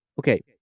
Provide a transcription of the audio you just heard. okay